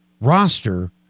roster